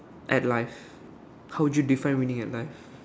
at life how would you define winning at life